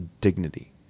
dignity